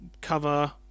cover